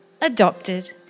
adopted